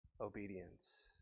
obedience